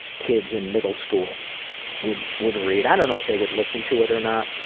kids in middle school would would read. i don't know if they would listen to it or not,